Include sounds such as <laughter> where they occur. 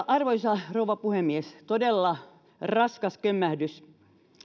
<unintelligible> arvoisa rouva puhemies todella raskas kömmähdys